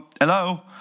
hello